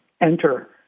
enter